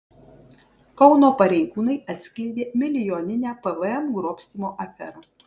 kauno pareigūnai atskleidė milijoninę pvm grobstymo aferą